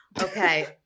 okay